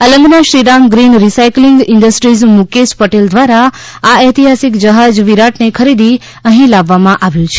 અલંગના Shriram green recycling industries Mukesh Patel દ્વારા આ ઐતિહાસિક જહાજ વિરાટને ખરીદી અહી લાવવામાં આવ્યું છે